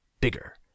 Bigger